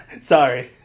Sorry